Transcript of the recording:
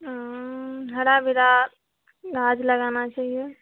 हरा भरा गाछ लगाना चाहिए